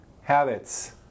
habits